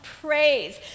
praise